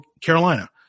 Carolina